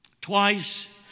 Twice